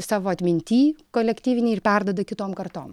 savo atminty kolektyvinėje ir perduoda kitom kartom